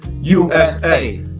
USA